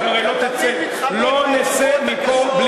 אנחנו הרי, לא תצא, אתה תמיד מתחמק